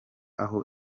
aho